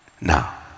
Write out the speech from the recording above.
Now